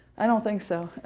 i don't think so.